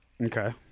Okay